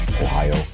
Ohio